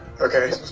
Okay